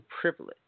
privilege